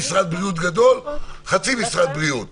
הכנסת חייבת לקחת את המושכות לא לקבל החלטות במקום הממשלה,